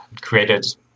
created